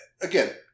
again